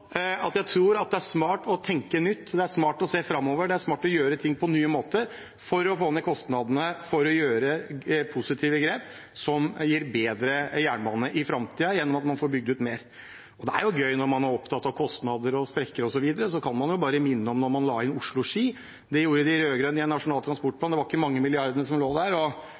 Jeg tror det er smart å tenke nytt, det er smart å se framover, det er smart å gjøre ting på nye måter for å få ned kostnadene og ta positive grep, som gir bedre jernbane i framtiden gjennom at man får bygd ut mer. Det er jo gøy når man er opptatt av kostnader, sprekker osv.; da kan jeg bare minne om da man la inn Oslo–Ski. Det gjorde de rød-grønne i en nasjonal transportplan, det var ikke mange milliardene som lå der, og